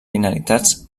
finalitats